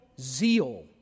zeal